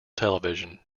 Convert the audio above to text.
television